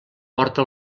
porta